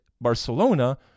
Barcelona